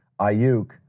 Ayuk